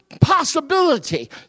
possibility